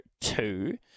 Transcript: two